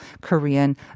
Korean